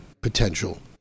potential